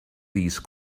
these